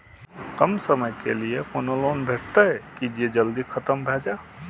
कम समय के लीये कोनो लोन भेटतै की जे जल्दी खत्म भे जे?